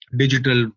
digital